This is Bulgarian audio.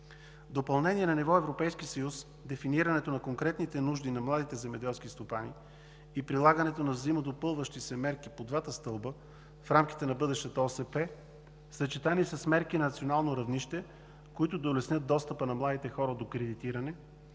Допълнение на ниво Европейски съюз, дефинирането на конкретните нужди на младите земеделски стопани и прилагането на взаимно допълващи се мерки по двата стълба в рамките на бъдещата Обща селскостопанска политика, съчетани с мерките на национално равнище, които да улеснят достъпа на младите хора до кредитиране,